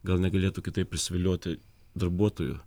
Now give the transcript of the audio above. gal negalėtų kitaip prisivilioti darbuotojų